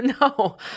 No